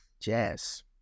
jazz